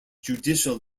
judicial